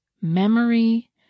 memory